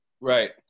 Right